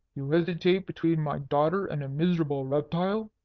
you hesitate between my daughter and a miserable reptile?